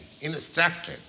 instructed